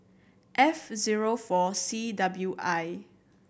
F zero four C W I